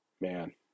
Man